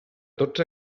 tots